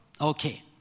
Okay